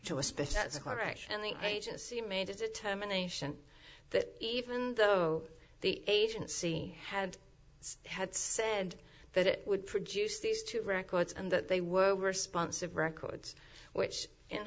corporation the agency made a determination that even though the agency had had said that it would produce these two records and that they were sponsored records which in